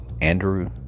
Andrew